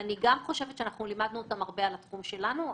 אני חושבת שאנחנו גם לימדנו אותם על התחום שלנו.